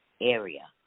area